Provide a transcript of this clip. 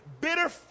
bitter